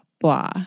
blah